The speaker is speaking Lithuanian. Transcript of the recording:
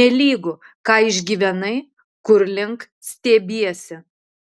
nelygu ką išgyvenai kur link stiebiesi